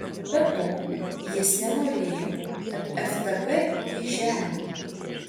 be to jis nenorėjo kad ftb jį žemintų